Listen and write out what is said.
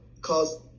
cause